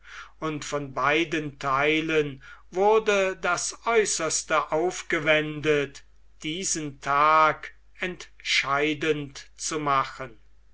und von beiden theilen wurde das aeußerste aufgewendet diesen tag entscheidend zu machen